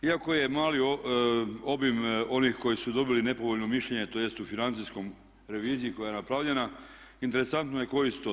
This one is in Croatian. Iako je mali obim onih koji su dobili nepovoljno mišljenje tj. u financijskoj reviziji koja je napravljena interesantno je koji su to.